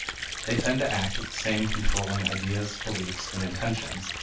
they tend to act with the same controlling ideas, beliefs, and intentions,